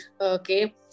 Okay